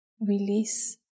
Release